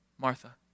Martha